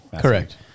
Correct